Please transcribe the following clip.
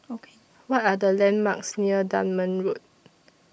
What Are The landmarks near Dunman Road